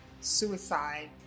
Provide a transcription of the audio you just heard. suicide